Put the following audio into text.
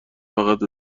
فقط